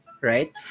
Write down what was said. right